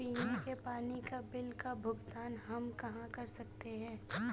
पीने के पानी का बिल का भुगतान हम कहाँ कर सकते हैं?